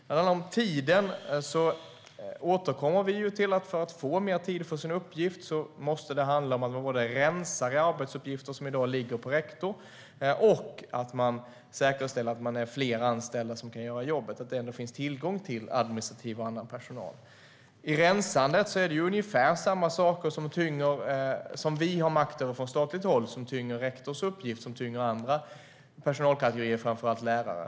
När det gäller tiden återkommer vi till att för att rektorer ska få mer tid för sin uppgift måste det rensas i arbetsuppgifter som i dag ligger på rektorerna och säkerställas att det finns fler anställda som kan göra jobbet, att det finns tillgång till administrativ och annan personal. I rensandet är det ungefär samma saker, som vi har makt över från statligt håll, som tynger rektorns uppgift och som tynger andra personalkategorier, framför allt lärare.